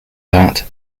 that